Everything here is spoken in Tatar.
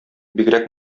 бигрәк